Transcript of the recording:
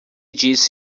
disse